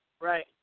Right